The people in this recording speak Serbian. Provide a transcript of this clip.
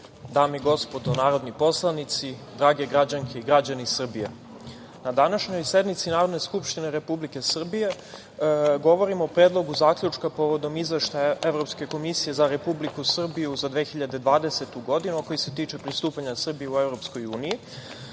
dame i gospodo narodni poslanici, drage građanke i građani Srbije, na današnjoj sednici Narodne skupštine Republike Srbije govorimo o Predlogu zaključka Izveštaja Evropske komisije za Republiku Srbiju za 2020. godinu, a koji se tiče pristupanja Srbije u EU.